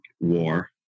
war